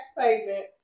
payment